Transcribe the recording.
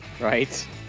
Right